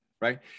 right